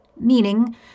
meaning